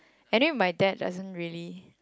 anyway my dad doesn't really